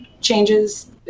changes